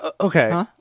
okay